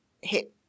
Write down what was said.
Hit